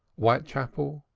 whitechapel,